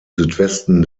südwesten